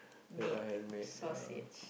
made sausage